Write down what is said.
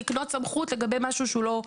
לקנות סמכות לגבי משהו שהוא לא רלוונטי.